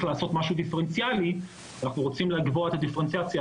לעשות משהו דיפרנציאלי אנחנו רוצים לקבוע את הדיפרנציאציה